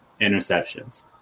interceptions